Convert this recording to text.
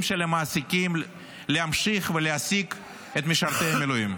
של המעסיקים להמשיך ולהעסיק את משרתי המילואים.